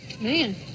man